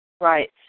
Right